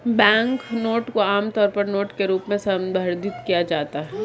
banknote को आमतौर पर नोट के रूप में संदर्भित किया जाता है